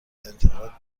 انتقاد